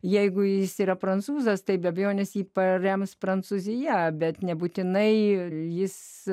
jeigu jis yra prancūzas tai be abejonės jį parems prancūzija bet nebūtinai jis